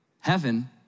Heaven